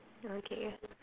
okay